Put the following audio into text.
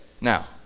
now